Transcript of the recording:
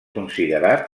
considerat